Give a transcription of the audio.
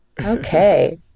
Okay